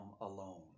alone